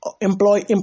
employ